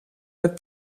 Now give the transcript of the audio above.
met